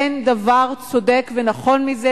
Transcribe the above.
אין דבר צודק ונכון מזה,